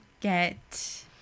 get